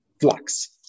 flux